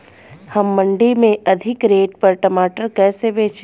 हम मंडी में अधिक रेट पर टमाटर कैसे बेचें?